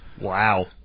Wow